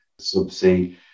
subsea